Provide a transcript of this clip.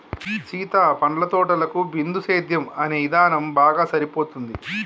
సీత పండ్ల తోటలకు బిందుసేద్యం అనే ఇధానం బాగా సరిపోతుంది